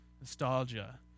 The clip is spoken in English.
nostalgia